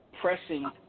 pressing